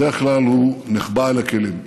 בדרך כלל הוא נחבא אל הכלים.